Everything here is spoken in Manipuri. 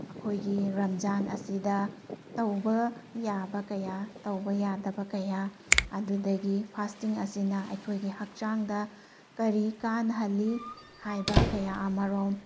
ꯑꯩꯈꯣꯏꯒꯤ ꯔꯥꯝꯖꯥꯟ ꯑꯁꯤꯗ ꯇꯧꯕ ꯌꯥꯕ ꯀꯌꯥ ꯇꯧꯕ ꯌꯥꯗꯕ ꯀꯌꯥ ꯑꯗꯨꯗꯒꯤ ꯐꯥꯁꯇꯤꯡ ꯑꯁꯤꯅ ꯑꯩꯈꯣꯏꯒꯤ ꯍꯛꯆꯥꯡꯗ ꯀꯔꯤ ꯀꯥꯟꯅꯍꯜꯂꯤ ꯍꯥꯏꯕ ꯀꯌꯥ ꯑꯃꯔꯣꯝ